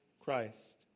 Christ